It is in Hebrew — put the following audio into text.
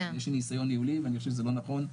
יש לי ניסיון ניהולי ואני חושב שזה לא נכון,